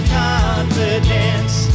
confidence